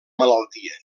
malaltia